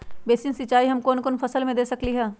Basin सिंचाई हम कौन कौन फसल में दे सकली हां?